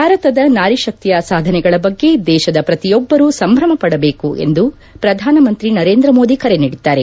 ಭಾರತದ ನಾರಿಶಕ್ತಿಯ ಸಾಧನೆಗಳ ಬಗ್ಗೆ ದೇಶದ ಪ್ರತಿಯೊಬ್ಬರೂ ಸಂಭ್ರಮ ಪಡಬೇಕು ಎಂದು ಪ್ರಧಾನಮಂತ್ರಿ ನರೇಂದ್ರ ಮೋದಿ ಕರೆ ನೀಡಿದ್ದಾರೆ